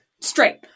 straight